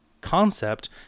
concept